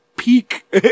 peak